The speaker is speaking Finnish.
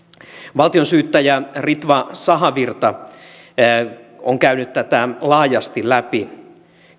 valtionsyyttäjä ritva sahavirta on käynyt tätä laajasti läpi